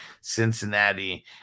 Cincinnati